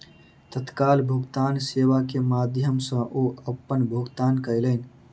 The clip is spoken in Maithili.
तत्काल भुगतान सेवा के माध्यम सॅ ओ अपन भुगतान कयलैन